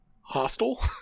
hostile